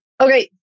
Okay